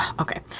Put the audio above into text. Okay